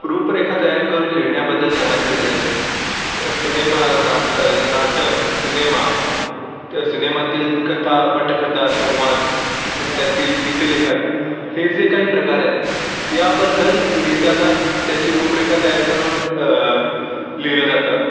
रूपरेखा तयार करून लिहिण्याबद्दल सांगायचे झाल्यास सिनेमा नाटक सिनेमा सिनेमातील कथा पटकथा संवाद सिं त्यातील गीतलेखन हे जे काही प्रकार आहेत याबद्दल लिहिताना त्याची रूपरेखा तयार करून लिहिलं जातं